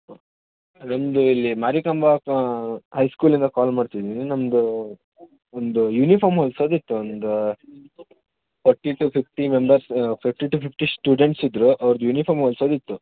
ನಮ್ಮದು ಇಲ್ಲಿ ಮಾರಿಕಾಂಬಾ ಹೈಸ್ಕೂಲಿಂದ ಕಾಲ್ ಮಾಡ್ತಿದ್ದೀನಿ ನಮ್ಮದು ಒಂದು ಯೂನಿಫಾಮ್ ಹೊಲ್ಸೊದಿತ್ತು ಒಂದು forty to fifty members fifty to fifty students ಇದ್ದರೂ ಅವರದ್ದು ಯೂನಿಫಾರಂ ಹೊಲ್ಸೊದಿತ್ತು